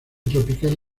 tropical